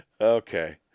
Okay